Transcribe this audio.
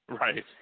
Right